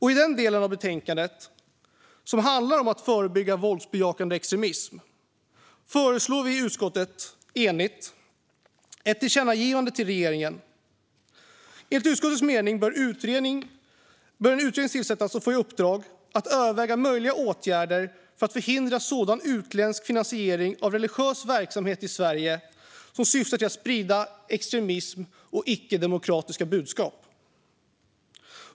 I den del av betänkandet som handlar om att förebygga våldsbejakande extremism föreslår vi i ett enigt utskott ett tillkännagivande till regeringen. Enligt utskottets mening bör en utredning tillsättas och få i uppdrag att överväga möjliga åtgärder för att förhindra sådan utländsk finansiering av religiös verksamhet i Sverige som syftar till att sprida extremism och icke-demokratiska budskap.